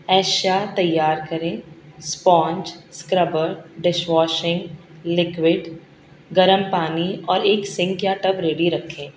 اشیا تیار کریں sponge scrubber dish washing liquid گرم پانی اور ایک سنک یا ٹب ریڈی رکھیں